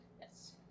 Yes